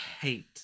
hate